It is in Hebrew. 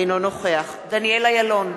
אינו נוכח דניאל אילון,